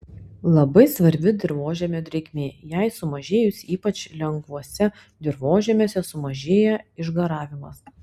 labai svarbi dirvožemio drėgmė jai sumažėjus ypač lengvuose dirvožemiuose sumažėja išgaravimas